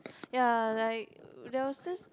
ya like there was this